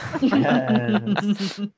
Yes